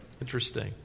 Interesting